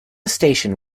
station